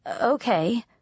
Okay